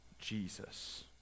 Jesus